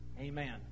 amen